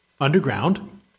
underground